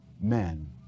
men